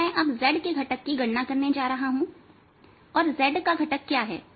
तो मैं अब z के घटक की गणना करने जा रहा हूं और z का घटक क्या है